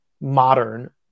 modern